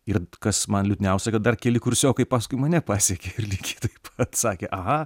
ir kas man liūdniausia kad dar keli kursiokai paskui mane pasekė ir lygiai taip sakė aha